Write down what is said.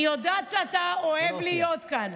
אני יודעת שאתה אוהב להיות כאן,